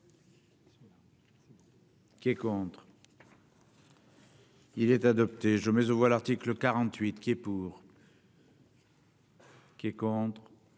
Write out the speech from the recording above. Qui est contre. Il est adopté, je mais aux voix, l'article 48 qui est pour. Qui est contre,